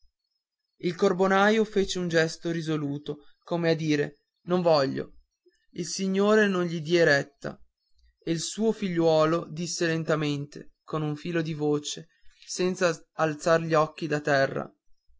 mano il carbonaio fece un gesto risoluto come a dire non voglio il signore non gli diè retta e il suo figliuolo disse lentamente con un fil di voce senza alzar gli occhi da terra